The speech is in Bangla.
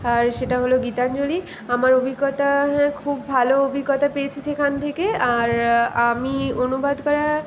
আর সেটা হলো গীতাঞ্জলি আমার অভিজ্ঞতা হ্যাঁ খুব ভালো অভিজ্ঞতা পেয়েছি সেখান থেকে আর আমি অনুবাদ করা